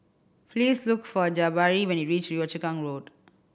please look for Jabari when you reach Yio Chu Kang Road